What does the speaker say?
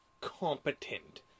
competent